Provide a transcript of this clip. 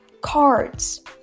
cards